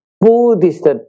Buddhist